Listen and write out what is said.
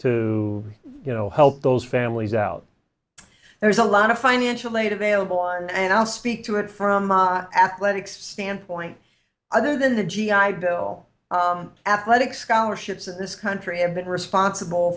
to you know help those families out there's a lot of financial aid available and i'll speak to it from athletics standpoint other than the g i bill athletic scholarships in this country have been responsible